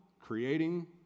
creating